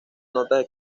notas